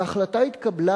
וההחלטה התקבלה